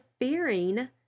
fearing